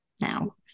now